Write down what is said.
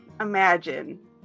Imagine